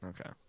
okay